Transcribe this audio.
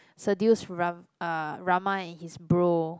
seduce Rav~ uh Rahma and his bro